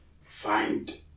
find